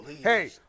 Hey